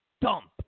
dump